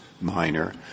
minor